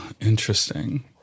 Interesting